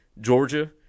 Georgia